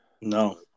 No